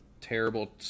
terrible